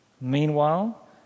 Meanwhile